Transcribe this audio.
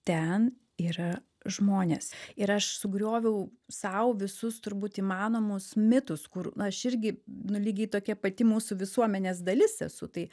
ten yra žmonės ir aš sugrioviau sau visus turbūt įmanomus mitus kur na aš irgi nu lygiai tokia pati mūsų visuomenės dalis esu tai